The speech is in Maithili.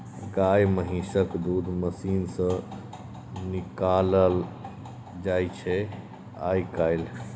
गाए महिषक दूध मशीन सँ निकालल जाइ छै आइ काल्हि